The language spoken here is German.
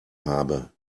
habe